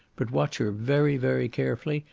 but watch her very, very carefully,